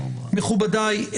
מכובדיי,